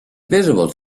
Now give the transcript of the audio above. visible